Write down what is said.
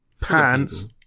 Pants